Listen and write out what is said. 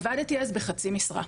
עבדתי אז בחצי משרה,